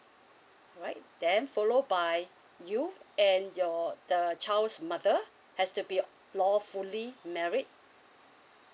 alright then follow by you and your the child's mother has to be lawfully married